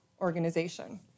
organization